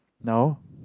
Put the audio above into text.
now